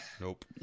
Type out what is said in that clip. Nope